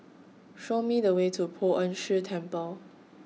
Show Me The Way to Poh Ern Shih Temple